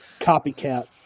copycat